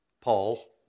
Paul